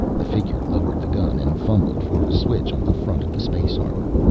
the figure lowered the gun and fumbled for a switch on the front of the space armor,